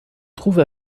trouve